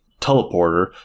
teleporter